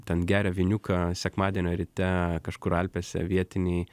ten geria vyniuką sekmadienio ryte kažkur alpėse vietiniai